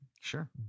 Sure